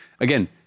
again